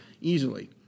easily